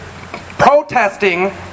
protesting